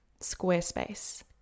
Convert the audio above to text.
Squarespace